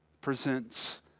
presents